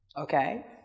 Okay